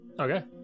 Okay